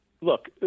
look